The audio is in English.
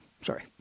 sorry